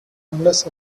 unless